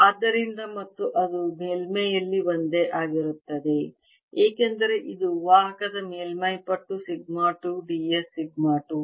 ಆದ್ದರಿಂದ ಮತ್ತು ಅದು ಮೇಲ್ಮೈಯಲ್ಲಿ ಒಂದೇ ಆಗಿರುತ್ತದೆ ಏಕೆಂದರೆ ಇದು ವಾಹಕದ ಮೇಲ್ಮೈ ಪಟ್ಟು ಸಿಗ್ಮಾ 2 d s ಸಿಗ್ಮಾ 2